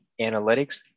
analytics